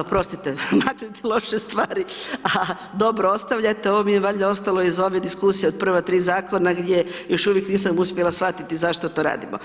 oprostite, maknete loše stvari, a dobro ostavljate, ovo mi je valjda ostalo iz ove diskusije od prva tri Zakona gdje još uvijek nisam uspjela shvatiti zašto to radimo.